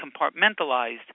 compartmentalized